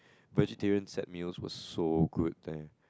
vegetarian set meals was so good there